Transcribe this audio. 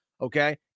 okay